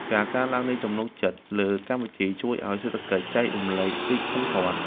ការកើនឡើងនៃទំនុកចិត្តលើកម្មវិធី ជួយឱ្យសេដ្ឋកិច្ចចែករំលែករីកធំធាត់។